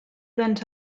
went